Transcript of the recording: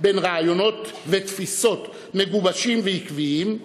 בין רעיונות ותפיסות מגובשים ועקביים,